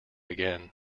again